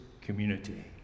community